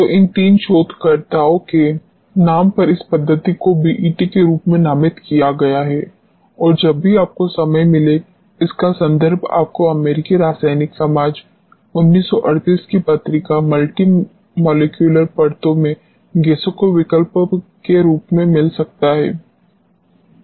तो इन तीन शोधकर्ताओं के नाम पर इस पद्धति को बीईटी के रूप में नामित किया गया है और जब भी आपको समय मिले इसका संदर्भ आपको अमेरिकी रासायनिक समाज 1938 की पत्रिका मल्टीमॉलेक्युलर परतों में गैसों के विकल्प के रूप में मिल सकता है